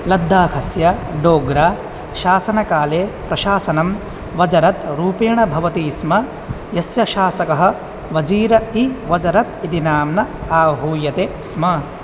लद्दाखस्य डोग्रा शासनकाले प्रशासनं वजरत् रूपेण भवति स्म यस्य शासकः वजीर इ वजरत् इति नाम्ना आहूयते स्म